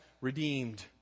redeemed